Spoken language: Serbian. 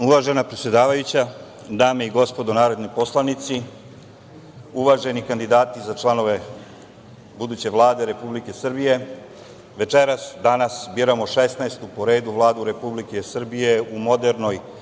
Uvažena predsedavajuća, dame i gospodo narodni poslanici, uvaženi kandidati za članove buduće Vlade Republike Srbije, večeras, danas, biramo 16. po redu Vladu Republike Srbije u modernoj